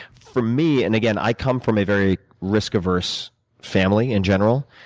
for me and again, i come from a very risk averse family, in general.